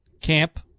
Camp